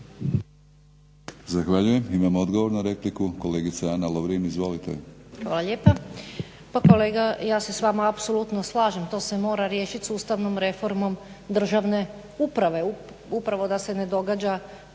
Zahvaljujem. Imamo odgovor na repliku, kolegica Ana Lovrin. Izvolite. **Lovrin, Ana (HDZ)** Hvala lijepa. Pa kolega ja se s vama apsolutno slažem, to se mora riješiti sustavnom reformom državne uprave, upravo da se ne događa